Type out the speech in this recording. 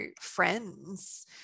friends